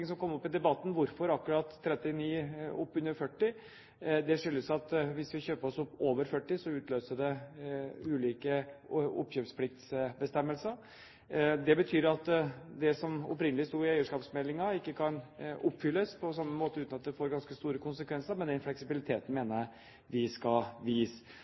ting som kom opp i debatten, om hvorfor akkurat 39 pst., tett oppunder 40. Det skyldes at hvis vi kjøper oss opp over 40 pst., utløser det ulike oppkjøpspliktbestemmelser. De betyr at det som opprinnelig sto i eierskapsmeldingen, ikke kan oppfylles på samme måte uten at det får ganske store konsekvenser. Men den fleksibiliteten mener jeg vi skal vise.